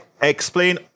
explain